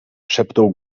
szepnął